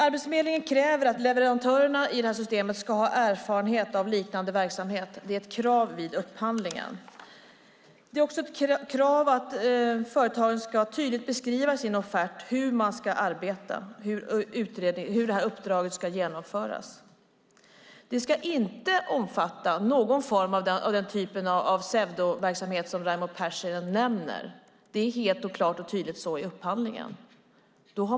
Arbetsförmedlingen kräver att leverantörerna i systemet ska ha erfarenhet av liknande verksamhet. Det är ett krav vid upphandlingen. Det är också ett krav att företagen tydligt ska beskriva i sin offert hur de ska arbeta och hur uppdraget ska genomföras. Det ska inte omfatta någon form av pseudoverksamhet av den typ som Raimo Pärssinen nämner. Det är helt klart och tydligt så i upphandlingen.